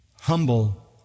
humble